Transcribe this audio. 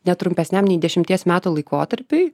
ne trumpesniam nei dešimties metų laikotarpiui